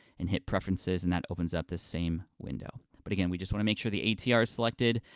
and hit preferences, and that opens up this same window. but again, we just wanna make sure the atr's selected,